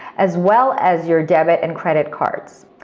as well as your debit and credit cards.